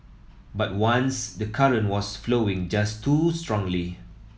but once the current was flowing just too strongly